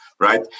Right